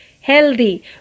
Healthy